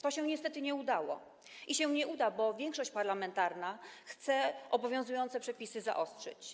To się niestety nie udało i się nie uda, bo większość parlamentarna chce obowiązujące przepisy zaostrzyć.